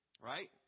Right